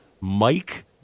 Mike